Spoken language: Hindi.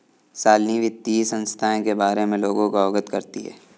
शालिनी वित्तीय संस्थाएं के बारे में लोगों को अवगत करती है